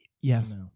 Yes